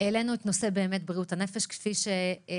העלינו את נושא בריאות הנפש, כפי שהדגשתי.